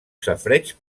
safareig